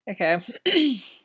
Okay